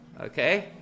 Okay